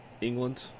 England